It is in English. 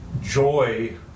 joy